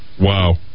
Wow